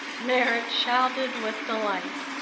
merrit shouted with delight,